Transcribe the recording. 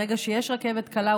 ברגע שיש רכבת קלה,